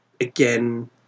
again